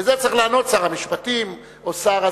ועל זה צריך לענות שר המשפטים או שר,